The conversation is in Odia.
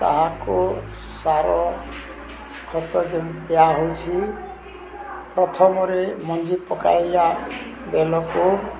ତାହାକୁ ସାର ଖତ ଯେତେ ଦିଆହେଉଛି ପ୍ରଥମରେ ମଞ୍ଜି ପକାଇବା ବେଳକୁ